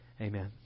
Amen